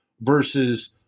versus